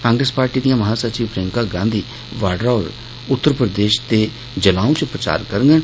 Congress party दिआं महासचिव प्रियंका गांधी वाडरा होर उत्तर प्रदेष दे जलाउं च प्रचार करडन